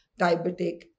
diabetic